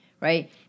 right